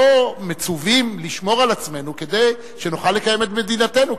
לא מצווים לשמור על עצמנו כדי שנוכל לקיים את מדינתנו?